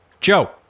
Joe